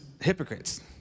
hypocrites